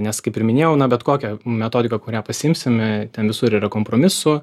nes kaip ir minėjau na bet kokia metodika kurią pasiimsime ten visur yra kompromisų